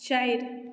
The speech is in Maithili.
चारि